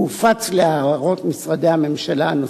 הוא הופץ להערות משרדי הממשלה הנוספים.